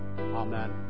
Amen